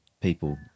people